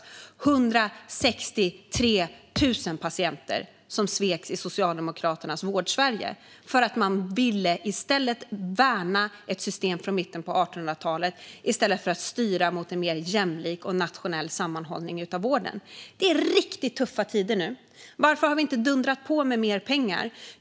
Det var 163 000 patienter som sveks i Socialdemokraternas Vårdsverige för att man ville värna ett system från mitten på 1800-talet i stället för att styra mot en mer jämlik och nationell sammanhållning av vården. Det är riktigt tuffa tider nu. Varför har vi inte dundrat på med mer pengar?